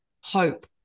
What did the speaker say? hope